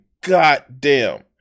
goddamn